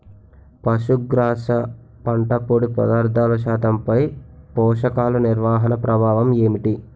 పశుగ్రాస పంట పొడి పదార్థాల శాతంపై పోషకాలు నిర్వహణ ప్రభావం ఏమిటి?